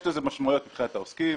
יש לזה משמעויות מבחינת העוסקים.